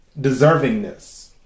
Deservingness